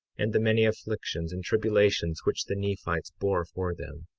and the many afflictions and tribulations which the nephites bore for them,